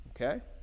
okay